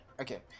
okay